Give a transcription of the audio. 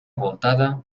voltada